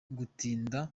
gutinda